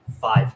five